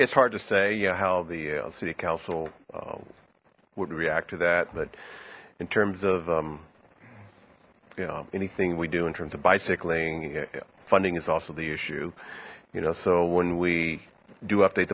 it's hard to say yeah how the city council would react to that but in terms of you know anything we do in terms of bicycling funding is also the issue you know so when we do update